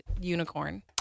unicorn